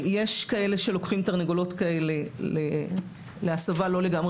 יש כאלה שלוקחים תרנגולות כאלה להסב לא לגמרי